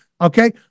Okay